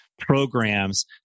programs